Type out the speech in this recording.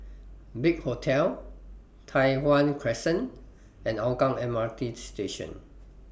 Big Hotel Tai Hwan Crescent and Hougang M R T Station